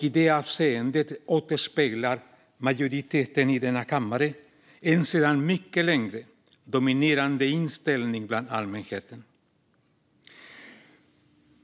I det avseendet återspeglar majoriteten i denna kammare en sedan mycket lång tid tillbaka dominerande inställning bland allmänheten.